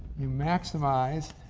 you maximize